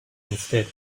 instead